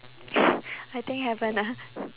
I think haven't ah